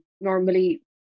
Normally